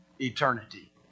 eternity